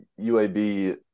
UAB